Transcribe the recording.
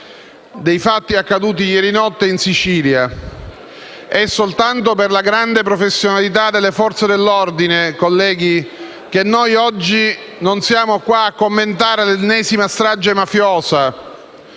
sui fatti accaduti ieri notte in Sicilia. È soltanto per la grande professionalità delle Forze dell'ordine, colleghi, che oggi non siamo qui a commentare l'ennesima strage mafiosa.